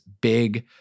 big